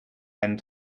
einen